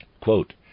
Quote